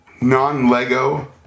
non-LEGO